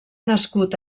nascut